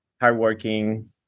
hardworking